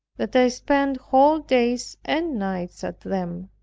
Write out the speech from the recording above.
that i spent whole days and nights at them.